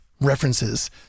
references